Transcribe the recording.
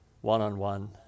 one-on-one